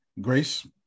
grace